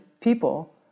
people